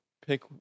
pick